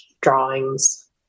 drawings